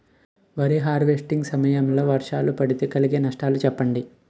వరి హార్వెస్టింగ్ సమయం లో వర్షాలు పడితే కలిగే నష్టాలు చెప్పండి?